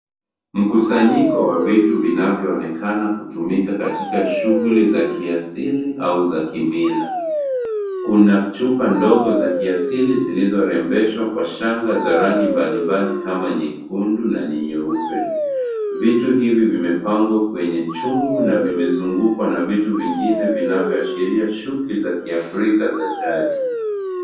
Mkusanyiko wa vitu vinavyoonekana kutumika katika shughuli za kiasili au za kimila kuna chupa mdogo ya kiasili zilizo rembeshwa kwa shanga za rangi mbali mbali kama nyekundu na nyeupe vitu hivi vimepangwa kwenye chungu na vimezungukwa na vitu vingine vinavyoashiria shughuli za kiafrika za jadi.